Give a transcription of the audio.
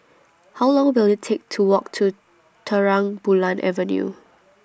How Long Will IT Take to Walk to Terang Bulan Avenue